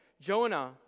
Jonah